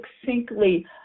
succinctly